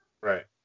Right